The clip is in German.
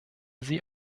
sie